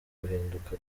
guhinduka